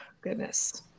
goodness